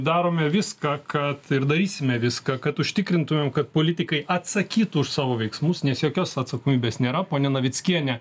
darome viską ką darysime viską kad užtikrintumėm kad politikai atsakytų už savo veiksmus nes jokios atsakomybės nėra ponia navickienė